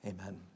amen